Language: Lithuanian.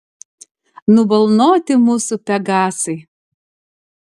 nubalnoti mūsų pegasai